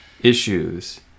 issues